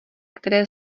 které